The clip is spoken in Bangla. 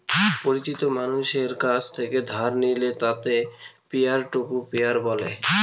পরিচিত মানষের কাছ থেকে ধার নিলে তাকে পিয়ার টু পিয়ার বলে